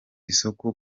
isoko